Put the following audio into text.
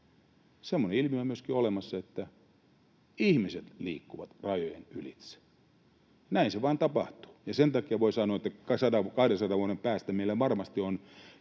Semmoinen ilmiö on myöskin olemassa, että ihmiset liikkuvat rajojen ylitse. Näin se vain tapahtuu. Ja sen takia voi sanoa, että 200 vuoden päästä meillä varmasti on